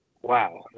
Wow